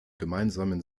gemeinsamen